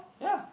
ya